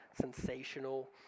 sensational